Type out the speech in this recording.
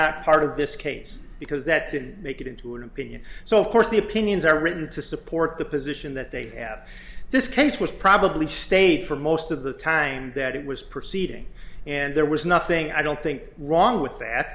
not part of this case because that didn't make it into an opinion so of course the opinions are written to support the position that they have this case was probably stayed for most of the time that it was proceeding and there was nothing i don't think wrong with that